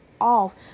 off